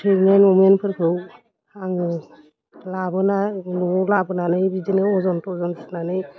pregnant अ'मेनफोरखौ आङो लाबोना न'आव लाबोनानै बिदिनो अजन थजन सुनानै